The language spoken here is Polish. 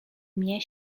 mnie